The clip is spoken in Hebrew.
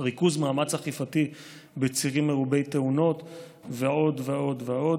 ריכוז מאמץ אכיפתי בצירים מרובי תאונות ועוד ועוד ועוד.